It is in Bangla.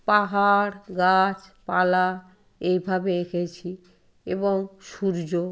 পাহাড় গাছপালা এইভাবে এঁকেছি এবং সূর্য